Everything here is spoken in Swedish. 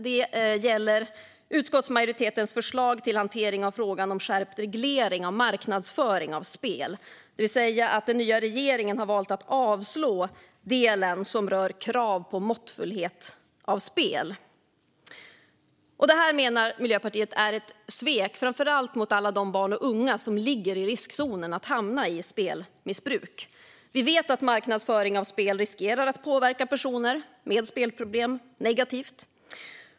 Det gäller utskottsmajoritetens förslag om hantering av frågan om skärpt reglering av marknadsföring av spel. Den nya regeringen har alltså valt att yrka avslag på den del som rör krav på måttfullhet vid marknadsföring av spel. Det här menar Miljöpartiet är ett svek, framför allt mot alla de barn och unga som ligger i riskzonen för att hamna i spelmissbruk. Vi vet att marknadsföring av spel riskerar att påverka personer med spelproblem negativt.